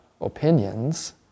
opinions